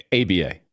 ABA